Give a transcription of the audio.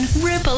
Ripple